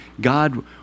God